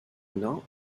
not